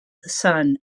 son